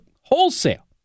wholesale